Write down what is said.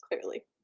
Clearly